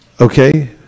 Okay